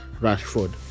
Rashford